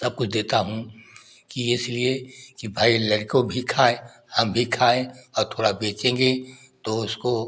सबकुछ देता हूँ कि इसलिए कि भाई लड़कों भी खाएं हम भी खाएं और थोड़ा बेचेंगे तो उसको